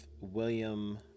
william